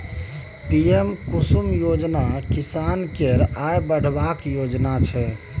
PM Kusum योजना किसान केर आय बढ़ेबाक योजना छै